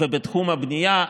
ובתחום הבנייה.